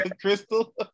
Crystal